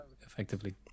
effectively